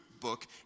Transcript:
book